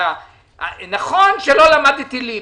נכון שלא למדתי ליבה,